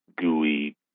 gooey